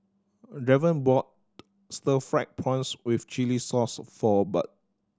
Draven bought stir fried prawns with chili sauce for Barb